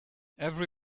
every